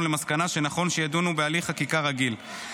למסקנה שנכון שידונו בהליך חקיקה רגיל.